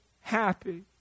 happy